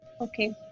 Okay